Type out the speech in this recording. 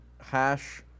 hash